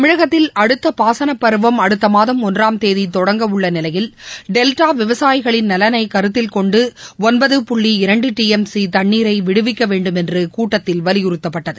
தமிழகத்தில் அடுத்த பாசன பருவம் அடுத்த மாதம் ஒன்றாம் தேதி தொடங்க உள்ள நிலையில் டெஸ்டா விவசாயிகளின் நலனை கருத்தில் கொண்டு ஒன்பது புள்ளி இரண்டு டி எம் சி தண்ணீரை விடுவிக்க வேண்டுமென்று கூட்டத்தில் வலியுறுத்தப்பட்டது